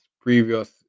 previous